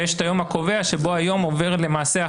ויש את היום הקובע שזה היום שבו עוברת האחריות,